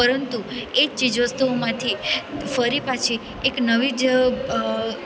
પરંતુ એ ચીજ વસ્તુઓમાંથી ફરી પાછી એક નવી જ